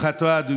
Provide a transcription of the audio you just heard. תודה.